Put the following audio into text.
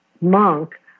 monk